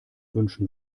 wünschen